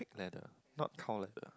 pig leather not cow leather